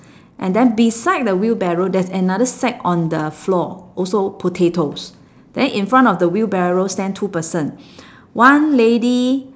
and then beside the wheelbarrow there's another sack on the floor also potatoes then in front of the wheelbarrow stand two person one lady